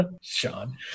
Sean